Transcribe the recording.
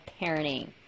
parenting